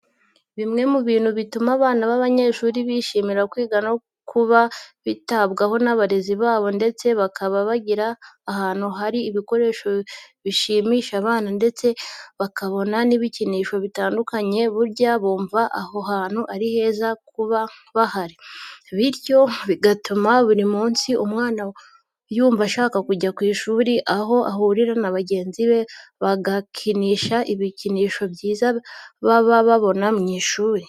Bimwe mu bintu bituma abana b'abanyeshuri bishimira kwiga no kuba bitabwaho n'abarezi babo ndetse bakaba bigira ahantu ha ri ibikoresho bishimisha abana ndetse bakabona n'ibikinisho bitandukanye burya bumva aho hantu ari heza kuba bahari, bityo bigatuma buri munsi umwana yumva ashaka kujya ku ishuri aho ahurira na bagenzi be bagakinisha ibikinisho byiza baba babona mu ishuri.